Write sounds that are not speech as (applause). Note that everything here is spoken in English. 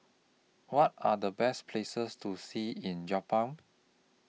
What Are The Best Places to See in (unintelligible)